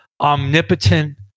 omnipotent